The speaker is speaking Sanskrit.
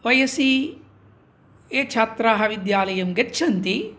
वयसि ये छात्राः विद्यालयं गच्छन्ति